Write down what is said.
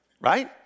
Right